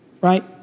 Right